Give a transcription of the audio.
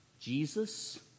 Jesus